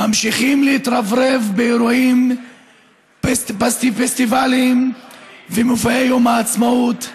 הממשיכים להתרברב באירועים פסטיבליים ומופעי יום העצמאות,